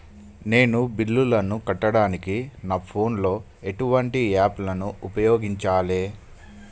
నేను బిల్లులను కట్టడానికి నా ఫోన్ లో ఎటువంటి యాప్ లను ఉపయోగించాలే?